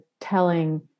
telling